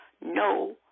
no